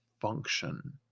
function